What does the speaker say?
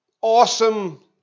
awesome